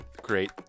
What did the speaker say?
great